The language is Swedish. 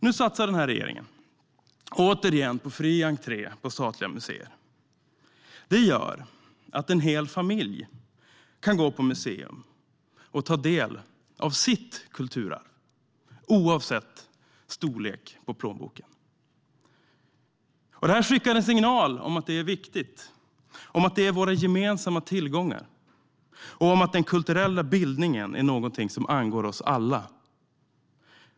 Nu satsar den här regeringen återigen på fri entré på statliga museer. Det gör att en hel familj kan gå på museum och ta del av sitt kulturarv - oavsett storlek på plånboken. Det skickar en signal om att det är viktigt, om att det är våra gemensamma tillgångar och om att den kulturella bildningen är något som angår oss alla.